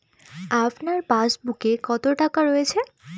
আপনার পাসবুকে কত টাকা রয়েছে?